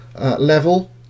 level